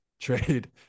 trade